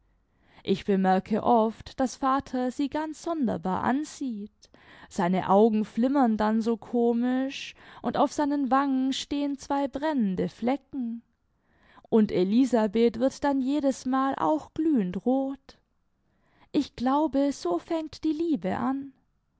ich bemerke oft daß vater sie ganz sonderbar ansieht seine augen flimmern dann so komisch und auf seinen wangen stehen zwei brennende flecken und elisabeth wird dann jedesmal auch glühend rot ich glaube so fängt die liebe an